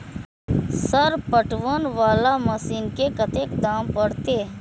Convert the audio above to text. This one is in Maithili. सर पटवन वाला मशीन के कतेक दाम परतें?